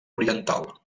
oriental